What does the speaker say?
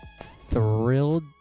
thrilled